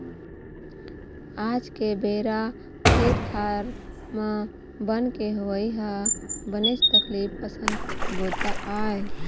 आज के बेरा खेत खार म बन के होवई ह बनेच तकलीफ असन बूता आय